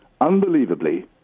unbelievably